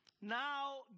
Now